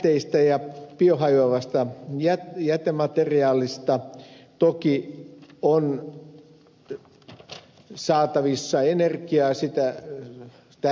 biojätteistä ja biohajoavasta jätemateriaalista toki on saatavissa energiaa siitä että